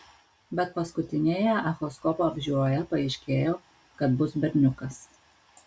bet paskutinėje echoskopo apžiūroje paaiškėjo kad bus berniukas